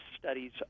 studies